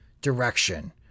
direction